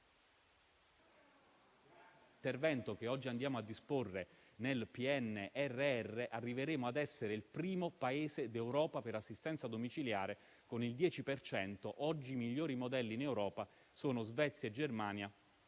l'intervento che stiamo predisponendo nel PNRR arriveremo a essere il primo Paese d'Europa per assistenza domiciliare, con il 10 per cento. Oggi i migliori modelli in Europa sono Svezia e Germania,